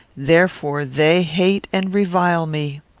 therefore they hate and revile me.